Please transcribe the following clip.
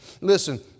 Listen